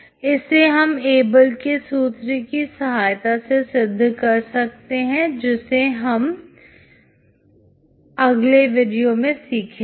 इसे हम एबल के सूत्र की सहायता से सिद्ध कर सकते हैं जिसे हम अगले वीडियो में सीखेंगे